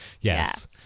Yes